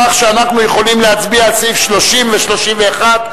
כך שאנחנו יכולים להצביע על סעיף 30 ו-31,